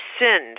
sinned